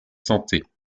santé